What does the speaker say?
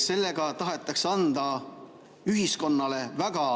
sellega tahetakse anda ühiskonnale väga